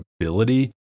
ability